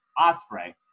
Osprey